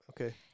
Okay